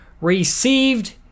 received